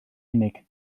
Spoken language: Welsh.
unig